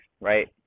right